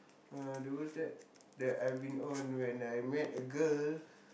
uh those that that I've been on when I met a girl